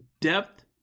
depth